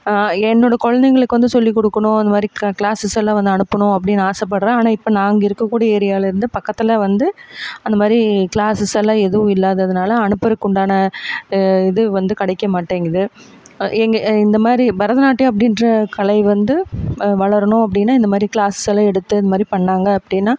என்னோட குழந்தைங்களுக்கு வந்து சொல்லிக் கொடுக்கணும் அந்த மாதிரி கிளாஸ் கிளாஸஸ் எல்லாம் வந்து அனுப்பணும் அப்படின்னு ஆசைப்படுறேன் ஆனால் இப்போ நாங்கள் இருக்கக்கூடிய ஏரியாவில் இருந்து பக்கத்தில் வந்து அந்த மாதிரி கிளாஸஸ் எல்லாம் எதுவும் இல்லாததனால அனுப்புறதுக்குண்டான இது வந்து கிடைக்க மாட்டேங்கிது எங்கே இந்த மாதிரி பரதநாட்டியம் அப்படின்ற கலை வந்து வளரணும் அப்படின்னா இந்த மாதிரி கிளாஸ் எல்லாம் எடுத்து இந்த மாதிரி பண்ணாங்க அப்படின்னா